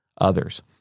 others